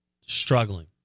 struggling